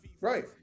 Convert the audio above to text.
Right